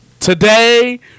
Today